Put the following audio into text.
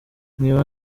nkiba